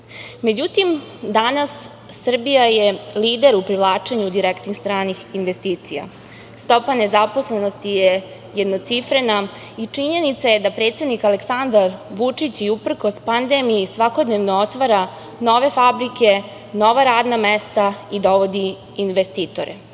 tajne.Međutim, danas je Srbija lider u privlačenju direktnih stranih investicija. Stopa nezaposlenosti je jednocifrena. Činjenica je da predsednik Aleksandar Vučić i uprkos pandemiji svakodnevno otvara nove fabrike, nova radna mesta i dovodi investitore.